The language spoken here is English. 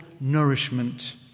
nourishment